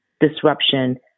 disruption